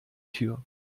tür